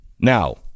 Now